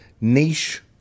niche